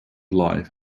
life